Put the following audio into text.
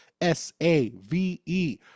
S-A-V-E